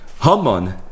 Haman